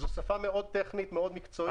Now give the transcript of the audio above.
זו שפה מאוד טכנית, מאוד מקצועית.